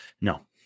No